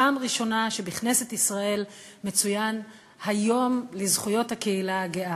פעם ראשונה שבכנסת ישראל מצוין היום לזכויות הקהילה הגאה,